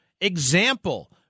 example